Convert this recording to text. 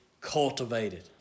cultivated